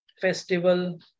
festival